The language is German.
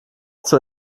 zur